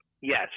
Yes